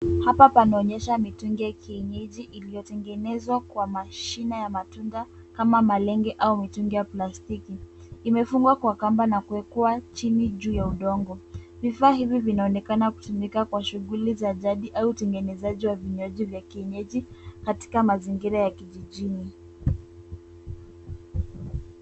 Hapa panaonyesha mitungi ya kienyeji iliyotengenezwa kwa mashina ya matunda kama malenge au mitungi ya plastiki. Imefungwa kwa kamba na kuwekwa chini juu ya udongo. Vifaa hivi vinaonekana kutumika kwa shughuli za jadi au utengenezaji wa vinywaji vya kienyeji katika mazingira ya kijijini.